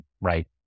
right